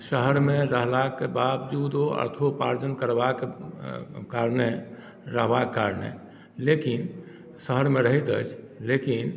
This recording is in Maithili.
शहरमे रहलाके बावजूदो अर्थोपार्जन करबाक कारणे रहबाक कारणे लेकिन शहरमे रहैत अछि लेकिन